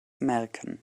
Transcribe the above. merken